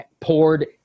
poured